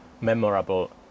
memorable